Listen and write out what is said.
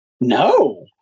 No